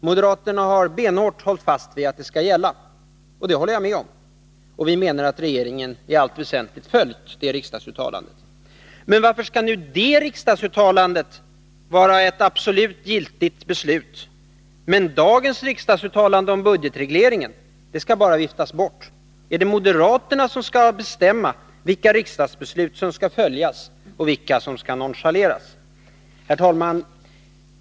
Moderaterna har benhårt hållit fast vid att det skall gälla. Och det håller jag med om. Vi menar att regeringen i allt väsentligt följt det riksdagsuttalandet. Men varför skall nu det riksdagsuttalandet vara ett absolut giltigt beslut, medan dagens riksdagsuttalande om budgetregleringen bara skall viftas bort? Är det moderaterna som skall bestämma vilka riksdagsbeslut som skall följas och vilka som skall nonchaleras? Herr talman!